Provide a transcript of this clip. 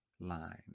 line